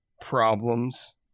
problems